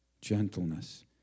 gentleness